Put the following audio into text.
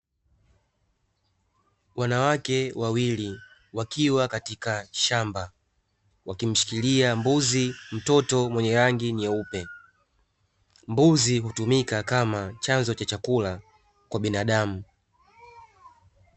Wanawake wawili wakiwa katika shamba wakimshikilia mbuzi mtoto mwenye rangi nyeupe. Mbuzi hutumika kama chanzo cha chakula kwa binadamu.